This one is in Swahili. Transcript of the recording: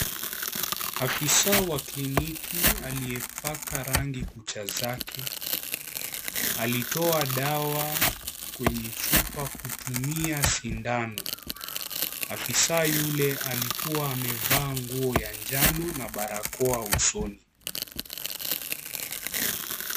Afisa wa kliniki aliyepaka rangi kuchanja zake. Alitoa dawa kwenye chupa kutumia sindano. Afisa yule alikuwa amevaa nguo ya njano na barakoa usoni.